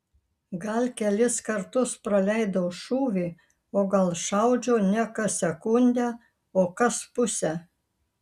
gal kelis kartus praleidau šūvį o gal šaudžiau ne kas sekundę o kas pusę